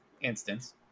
instance